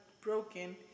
broken